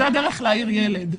זאת הדרך להעיר ילד.